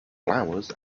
flowers